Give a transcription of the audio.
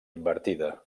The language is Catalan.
invertida